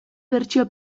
bertsio